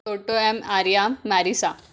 पुटोएम आर्याम मॅरिसा